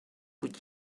with